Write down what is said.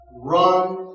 run